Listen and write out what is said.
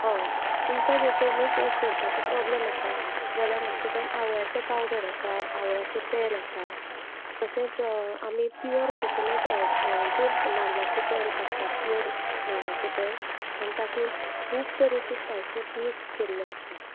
हय तुमकां जर तर न्हय केंस झडपाचो प्रॉब्लम आसा जाल्यार आमच्या कडेन आवळ्याचो पावडर आसा आवळ्याचें तेल आसा तशेंच आमी प्यॉर कोकनट ऑयल म्हणजे नाल्लाचें तेल काडटात प्यॉर नाल्लाचें तेल आनी तातून खूब तरेचे स्पायसीस मिक्स केल्ले आसता